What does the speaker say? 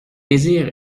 désir